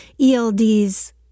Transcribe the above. ELDs